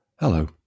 Hello